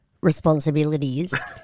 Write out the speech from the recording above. responsibilities